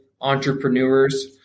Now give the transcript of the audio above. entrepreneurs